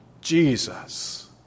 Jesus